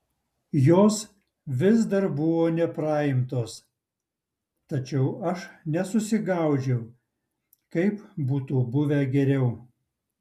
jos vis dar buvo nepraimtos tačiau aš nesusigaudžiau kaip būtų buvę geriau